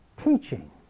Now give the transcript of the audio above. teaching